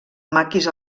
maquis